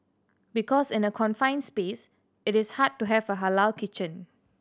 because in a confined space it is hard to have a halal kitchen